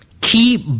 Keep